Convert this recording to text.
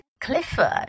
Clifford